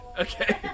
okay